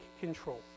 control